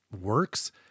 works